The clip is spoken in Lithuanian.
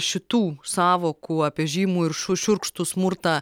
šitų sąvokų apie žymų ir šiu šiurkštų smurtą